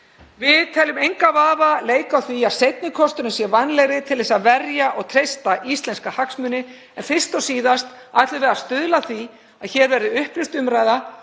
Við teljum engan vafa leika á því að seinni kosturinn sé vænlegri til þess að verja og treysta íslenska hagsmuni. Fyrst og síðast ætlum við að stuðla að því að hér verði upplýst umræða,